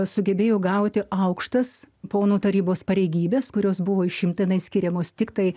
sugebėjo gauti aukštas ponų tarybos pareigybes kurios buvo išimtinai skiriamos tiktai